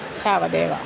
तावदेव